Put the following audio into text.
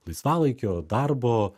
laisvalaikio darbo